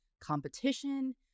competition